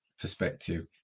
perspective